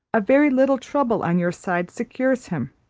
a very little trouble on your side secures him.